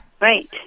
Right